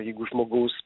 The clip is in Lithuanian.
jeigu žmogaus